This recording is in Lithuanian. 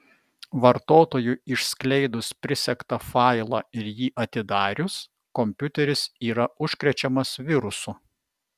vartotojui išskleidus prisegtą failą ir jį atidarius kompiuteris yra užkrečiamas virusu